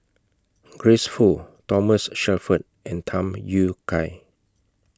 Grace Fu Thomas Shelford and Tham Yui Kai